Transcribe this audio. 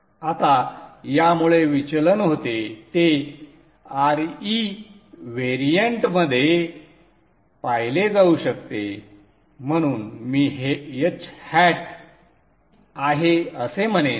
आता यामुळे विचलन होते ते Re व्हेरियंटमध्ये पाहिले जाऊ शकते म्हणून मी हे h hat आहे असे म्हणेन